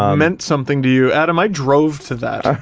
um meant something to you. adam, i drove to that.